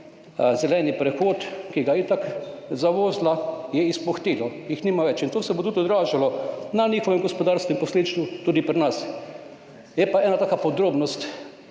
zeleni prehod, ki ga je itak zavozila, je izpuhtelo, jih nima več. To se bo tudi odražalo na njihovem gospodarstvu in posledično tudi pri nas. Je pa ena taka podrobnost,